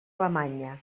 alemanya